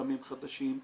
סמים חדשים.